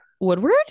Woodward